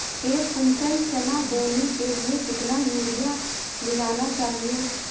एक कुंटल चना बोने के लिए कितना यूरिया मिलाना चाहिये?